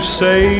say